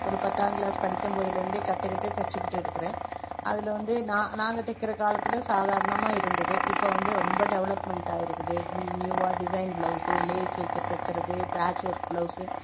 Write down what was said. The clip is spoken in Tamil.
ஒரு பத்தாங்கிளாஸ் படிக்கம்போதுலருந்தே கற்றுகிட்டு தச்சுகிட்டு இருக்கிறேன் அதில் வந்து நான் நாங்கள் தைக்கற காலத்தில் சாதாரணமாக இருந்துது இப்போ வந்து ரொம்ப டெவலப்மெண்ட்டாயிருக்குது நியூவாக டிசைன் ப்லௌஸு லேஸ் வைக்க தைக்கறது பேச் ஒர்க் ப்லௌஸு